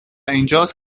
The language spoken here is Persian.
اینجاست